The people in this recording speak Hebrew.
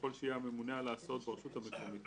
ויכול שיהיה הממונה על ההסעות ברשות המקומית,